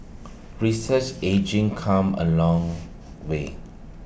research ageing come A long way